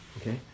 Okay